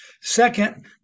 Second